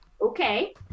Okay